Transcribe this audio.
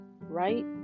right